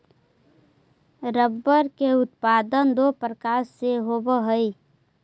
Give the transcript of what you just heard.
rubber के उत्पादन दो प्रकार से होवऽ हई